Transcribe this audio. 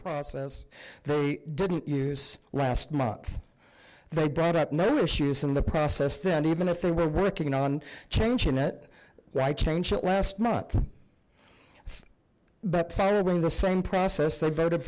process they didn't use last month they brought up no issues in the process then even if they were working on changing it why change it last month but following the same process they voted